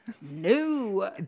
No